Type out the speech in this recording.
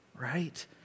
right